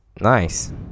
nice